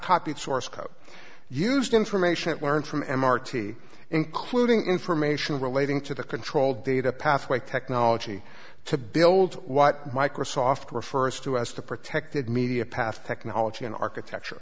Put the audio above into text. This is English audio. copied source code used information it learned from m r t including information relating to the control data pathway technology to build what microsoft refers to as the protected media path technology in architecture